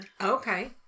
okay